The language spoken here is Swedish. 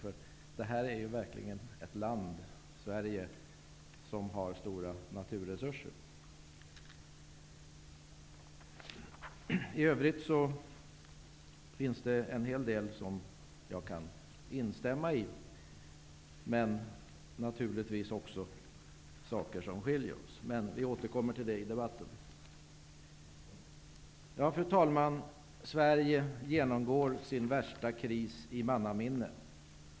Sverige är ju verkligen ett land som har stora naturresurser. I övrigt fanns det en hel del i hans anförande som jag kan instämma i. Men det fanns naturligtvis också en hel del som skiljer oss. Men jag återkommer till det. Fru talman! Sverige genomgår sin värsta kris i mannaminne.